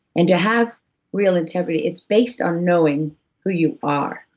and to have real integrity, it's based on knowing who you are.